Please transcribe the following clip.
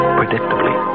predictably